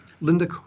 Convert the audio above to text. Linda